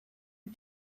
you